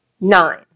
nine